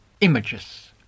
images